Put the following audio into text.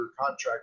contract